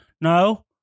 No